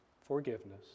forgiveness